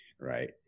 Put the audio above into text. right